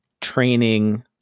training